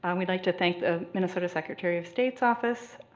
and we'd like to thank the minnesota secretary of state's office,